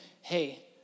hey